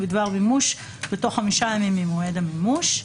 בדבר המימוש בתוך 5 ימים ממועד המימוש.